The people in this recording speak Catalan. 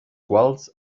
quals